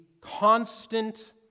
constant